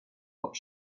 not